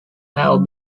have